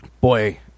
Boy